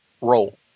role